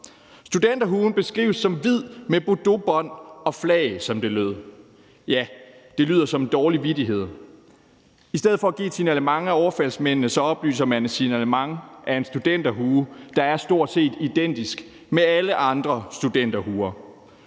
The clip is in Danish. Studenterhuen blev beskrevet som hvid med bordeauxbånd og flag, som det lød. Ja, det lyder som en dårlig vittighed. I stedet for at give et signalement af overfaldsmændene oplyste man et signalement af en studenterhue, der er stort set identisk med alle andre studenterhuer.